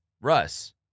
Russ